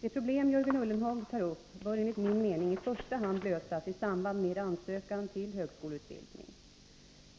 Det problem Jörgen Ullenhag tar upp bör enligt min mening i första hand lösas i samband med ansökan till högskoleutbildning.